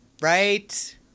Right